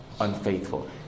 unfaithful